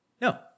No